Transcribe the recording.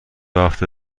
هفته